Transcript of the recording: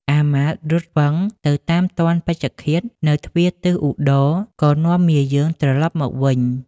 អាមាត្យរត់វឹងទៅតាមទាន់ពេជ្ឈឃាតនៅទ្វារទិសឧត្តរក៏នាំមាយើងត្រឡប់មកវិញ។